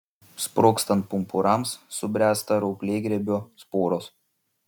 sprogstant pumpurams subręsta rauplėgrybio sporos